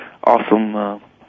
Awesome